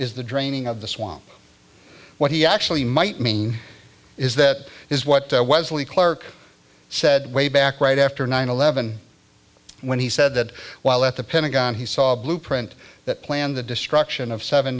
is the draining of the swamp what he actually might mean is that is what was really clarke said way back right after nine eleven when he said that while at the pentagon he saw a blueprint that planned the destruction of seven